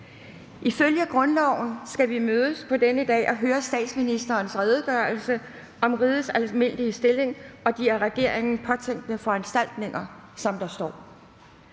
Ifølge grundloven skal vi mødes på denne dag og høre statsministerens redegørelse om »rigets almindelige stilling og de af regeringen påtænkte foranstaltninger«, som der står.